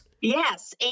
Yes